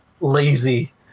lazy